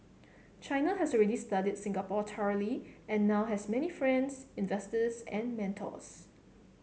China has already studied Singapore thoroughly and now has many friends investors and mentors